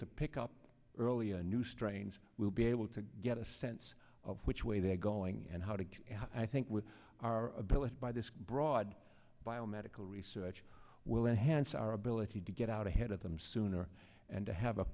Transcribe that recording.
to pick up earlier new strains we'll be able to get a sense of which way they're going and how to get i think with our ability by this broad biomedical research will enhance our ability to get out ahead of them sooner and to have a